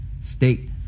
state